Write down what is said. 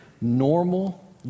normal